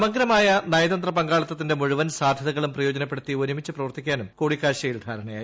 സമഗ്രമായ നയതന്ത്ര പങ്കാളിത്തത്തിന്റെ മുഴുവൻ സാധ്യതകളും പ്രയോജനപ്പെടുത്തി ഒരുമിച്ച് പ്രവർത്തിക്കാനും കൂടിക്കാഴ്ചയിൽ ധാരണയായി